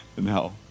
No